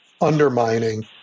undermining